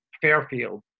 Fairfield